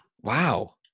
wow